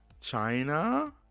China